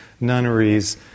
nunneries